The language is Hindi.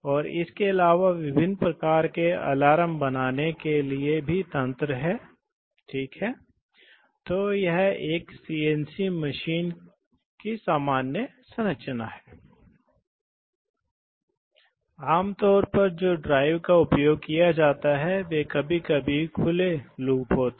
और यहाँ इसलिए इस सतह पर कुछ बल विकसित होगा इस सतह पर कुछ बल F और F विकसित होंगे इसलिए इस पर कुल बल 2F है इसलिए दो सिलेंडर प्रभावी रूप से वे वास्तव में दो सिलेंडर हैं जो अग्रानुक्रम में डालते हैं कभी कभी ऐसी चीजें होती हैं कि इसी तरह दूरबीन सिलेंडर हो सकते हैं जहां आपके पास बड़े स्ट्रोक की लंबाई हो सकती है इसलिए ऐसी विभिन्न चीजें संभव हैं हम उन्हें विस्तार से नहीं देखेंगे